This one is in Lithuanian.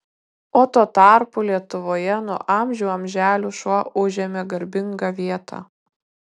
o tuo tarpu lietuvoje nuo amžių amželių šuo užėmė garbingą vietą